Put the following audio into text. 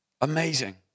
Amazing